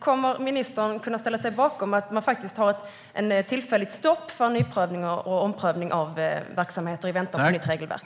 Kommer ministern att kunna ställa sig bakom ett tillfälligt stopp för nyprövning och omprövning av verksamheter i väntan på ett nytt regelverk?